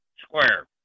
square